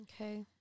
Okay